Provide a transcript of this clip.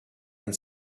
and